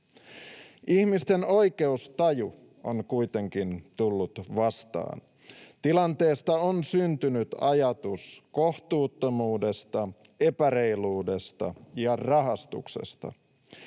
Ihmisten oikeustaju on kuitenkin tullut vastaan. Tilanteesta on syntynyt ajatus kohtuuttomuudesta, epäreiluudesta ja rahastuksesta.